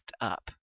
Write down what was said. up